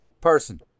person